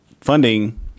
funding